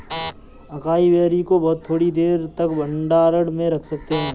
acai berry को बहुत थोड़ी देर तक भंडारण में रख सकते हैं